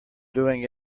doing